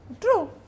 True